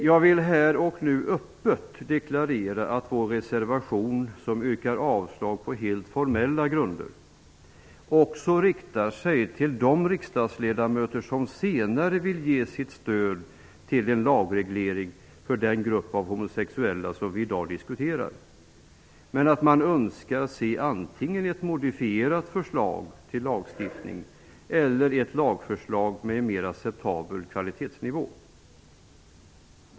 Jag vill här och nu öppet deklarera att vår reservation -- där vi yrkar avslag på helt formella grunder -- också riktar sig till de riksdagsledamöter som senare vill ge sitt stöd till en lagreglering för den grupp homosexulla vi i dag diskuterar. Men vi önskar att se antingen ett modifierat förslag till lagstiftning eller ett lagförslag på en mera acceptabel kvalitetsnivå.